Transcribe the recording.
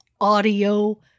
audio